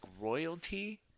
royalty